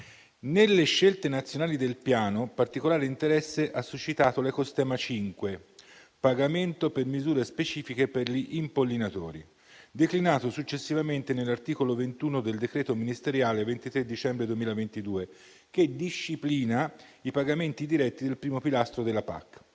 Nelle scelte nazionali del Piano, particolare interesse ha suscitato l'ecoschema 5, «Pagamento per misure specifiche per gli impollinatori», declinato successivamente nell'articolo 21 del decreto ministeriale 23 dicembre 2022, che disciplina i pagamenti diretti del primo pilastro della PAC.